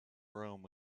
rome